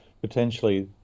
potentially